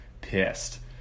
pissed